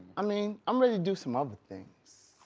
i mean, i'm ready to do some other things.